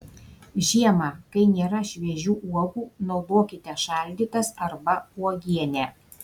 žiemą kai nėra šviežių uogų naudokite šaldytas arba uogienę